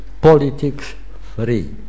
politics-free